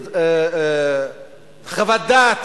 חוות דעת